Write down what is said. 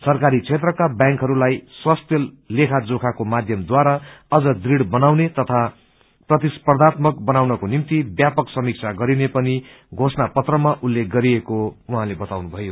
सरकारी क्षेत्रका व्यांकहरूलाई स्वस्थ्य लेखाजोखाको माध्यमद्वारा अझ दृढ़ बनाउने तथा प्रतिस्पर्धात्मक बनाउनको निम्ति व्यापक समीक्षा गरिने पनि घोषणा पत्रमा उल्लेख गरिएको उहाँले बताउनुभयो